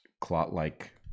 clot-like